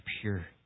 pure